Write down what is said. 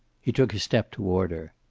he took a step toward her.